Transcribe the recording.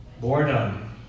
Boredom